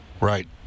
Right